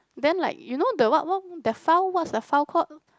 then like you know the what what the file what's that file called